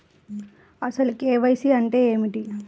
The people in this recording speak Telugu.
అసలు కే.వై.సి అంటే ఏమిటి?